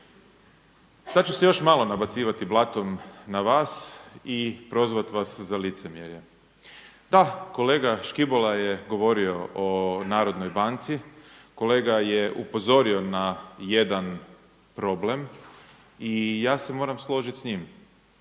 sad ću se još malo nabacivati blatom na vas i prozvati vas za licemjerje. Da, kolega Škibola je govorio o Narodnoj banci. Kolega je upozorio na jedan problem i ja se moram složiti s njim.